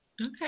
Okay